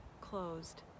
closed